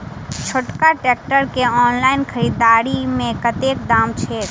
छोटका ट्रैक्टर केँ ऑनलाइन खरीददारी मे कतेक दाम छैक?